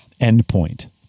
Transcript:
endpoint